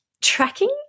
tracking